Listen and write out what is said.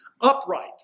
upright